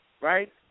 Right